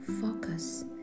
focus